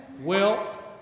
wealth